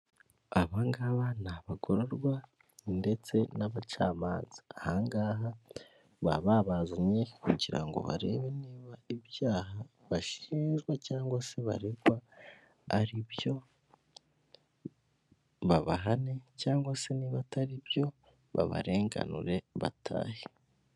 Vayibu riyo esiteti, aba ngaba bagufasha kuba wabona ibibanza byiza biri ahantu heza ukaba, wabona inzu zo kuba wagura mu gihe uzikeneye, kandi zifite ibyangombwa bitaguhenze kandi bya nyabyo byizewe.